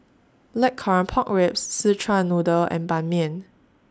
Blackcurrant Pork Ribs Szechuan Noodle and Ban Mian